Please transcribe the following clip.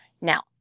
Now